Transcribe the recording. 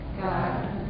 God